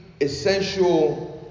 essential